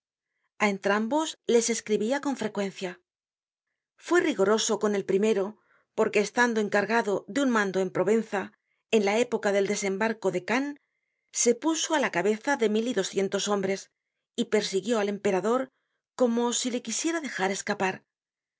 a entrambos les escribia con frecuencia fue rigoroso con el primero porque estando encargado de un mando en provenza en la época del desembarco de cannes se puso á la cabeza de mil y doscientos hombres y persiguió al emperador como si le quisiera dejar escapar